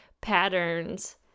patterns